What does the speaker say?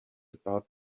about